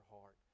heart